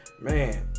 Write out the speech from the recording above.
man